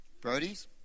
Brody's